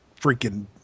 freaking